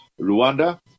Rwanda